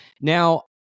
Now